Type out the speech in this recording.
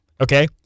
Okay